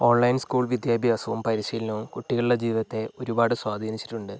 online school വിദ്യാഭ്യാസവും പരിശീലനവും കുട്ടികളുടെ ജീവിതത്തെ ഒരുപാട് സ്വാധീനിച്ചിട്ടുണ്ട്